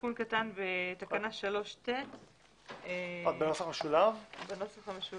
תיקון קטן בתקנה 3ט. יש לי הערה שמתייחסת לכמה סעיפים,